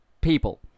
people